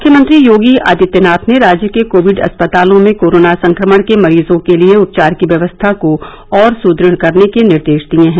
मुख्यमंत्री योगी आदित्यनाथ ने राज्य के कोविड अस्पतालों में कोरोना संक्रमण के मरीजों के लिए उपचार की व्यवस्था को और सुदृढ़ करने के निर्देश दिए हैं